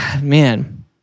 man